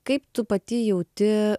kaip tu pati jauti